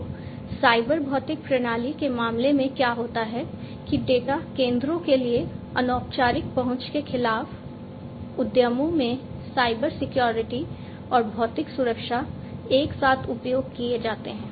तो साइबर भौतिक प्रणाली के मामले में क्या होता है कि डेटा केंद्रों के लिए अनौपचारिक पहुंच के खिलाफ उद्यमों में साइबर सिक्योरिटी और भौतिक सुरक्षा एक साथ उपयोग किए जाते हैं